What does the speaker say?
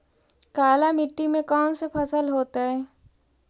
काला मिट्टी में कौन से फसल होतै?